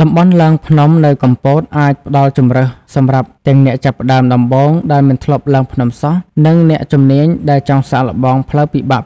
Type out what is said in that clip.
តំបន់ឡើងភ្នំនៅកំពតអាចផ្ដល់ជម្រើសសម្រាប់ទាំងអ្នកចាប់ផ្តើមដំបូងដែលមិនធ្លាប់ឡើងភ្នំសោះ និងអ្នកជំនាញដែលចង់សាកល្បងផ្លូវពិបាកៗ